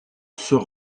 sur